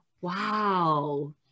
Wow